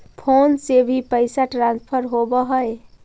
Phone से भी पैसा ट्रांसफर होवहै?